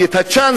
כי את הצ'אנס,